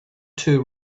two